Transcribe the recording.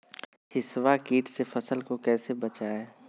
हिसबा किट से फसल को कैसे बचाए?